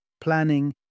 planning